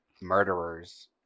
murderers